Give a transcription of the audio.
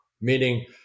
meaning